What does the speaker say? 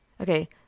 Okay